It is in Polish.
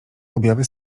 objawy